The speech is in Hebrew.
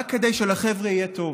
רק כדי שלחבר'ה יהיה טוב.